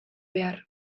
behar